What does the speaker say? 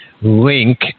link